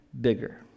bigger